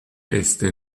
este